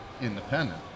independent